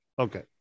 Okay